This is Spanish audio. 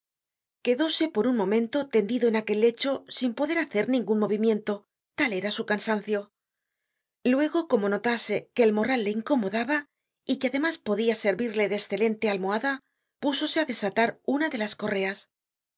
paja quedóse por un momento tendido en aquel lecho sin poder hacer ningun movimiento tal era su cansancio luego como notase que el morral le incomodaba y que además podia servirle de escelente almohada púsose á desatar una de las correas